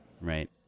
Right